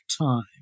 time